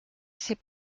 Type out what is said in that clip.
ses